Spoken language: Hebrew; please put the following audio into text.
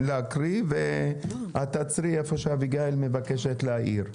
להקריא ואת תעצרי איפה שאביגל מבקשת להעיר.